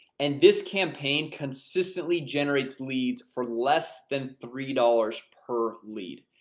and this campaign consistently generates leads for less than three dollars per lead.